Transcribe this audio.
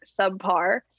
subpar